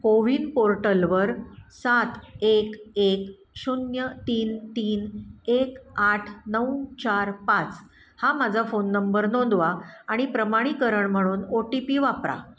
को विन पोर्टलवर सात एक एक शून्य तीन तीन एक आठ नऊ चार पाच हा माझा फोन नंबर नोंदवा आणि प्रमाणीकरण म्हणून ओ टी पी वापरा